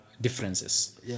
differences